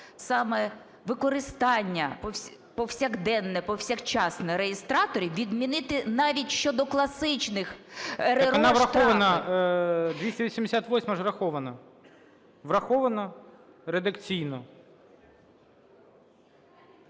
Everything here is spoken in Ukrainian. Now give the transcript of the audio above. саме використання повсякденне, повсякчасні реєстраторів відмінити навіть щодо класичних… ГОЛОВУЮЧИЙ. Так вона ж врахована. 288-а ж врахована. Врахована редакційно.